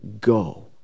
go